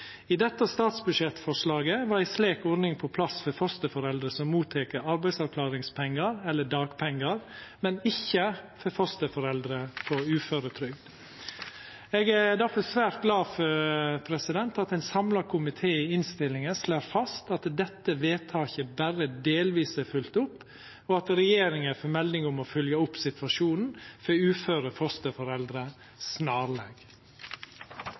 I dette statsbudsjettforslaget var ei slik ordning på plass for fosterforeldre som tek imot arbeidsavklaringspengar eller dagpengar, men ikkje for fosterforeldre på uføretrygd. Eg er difor svært glad for at ein samla komité i innstillinga slår fast at dette vedtaket berre delvis er følgt opp, og at regjeringa får melding om å følgja opp situasjonen for uføre fosterforeldre snarleg.